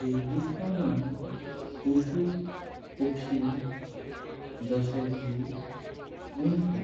रेगिस्तानान पशु पक्षी जशे कि ऊंट